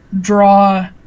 Draw